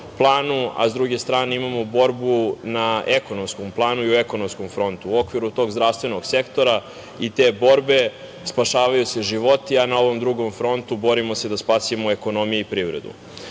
a sa druge strane imamo borbu na ekonomskom planu i u ekonomskom frontu. U okviru tog zdravstvenog sektora i te borbe spašavaju se životi, a na ovom drugom frontu borimo se da spasimo ekonomiju i privredu. Na